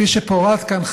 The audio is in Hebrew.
כפי שפורט כאן,